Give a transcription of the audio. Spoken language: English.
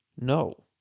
no